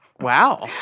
Wow